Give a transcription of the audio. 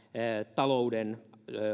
talouden